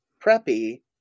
preppy